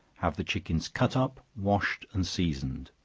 have the chickens cut up, washed and seasoned